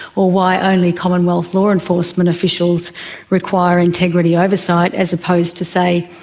or why only commonwealth law enforcement officials require integrity oversight as opposed to, say,